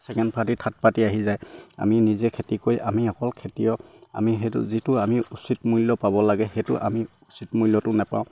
second party third party আহি যায় আমি নিজে খেতি কৰি আমি অকল খেতিয়ক আমি সেইটো যিটো আমি উচিত মূল্য পাব লাগে সেইটো আমি উচিত মূল্যটো নেপাওঁ